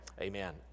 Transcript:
Amen